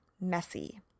messy